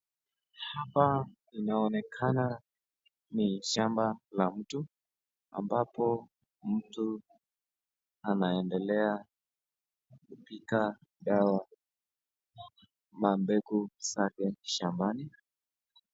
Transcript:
Hapa linaonekana ni shamba la mtu, ambapo mtu anaendelea kupiga dawa na mbegu zake shambani.